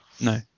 no